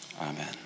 amen